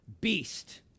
beast